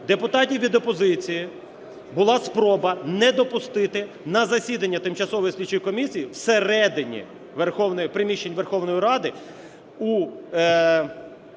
депутатів від опозиції була спроба не допустити за засідання тимчасової слідчої комісії всередині приміщення Верховної Ради,